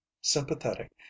sympathetic